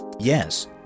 Yes